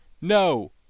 No